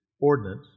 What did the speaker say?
ordinance